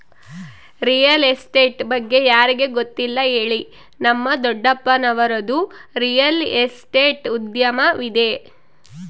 real estate ಬಗ್ಗೆ ಯಾರಿಗೆ ಗೊತ್ತಿಲ್ಲ ಹೇಳಿ, ನಮ್ಮ ದೊಡ್ಡಪ್ಪನವರದ್ದು ರಿಯಲ್ ಎಸ್ಟೇಟ್ ಉದ್ಯಮವಿದೆ